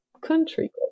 country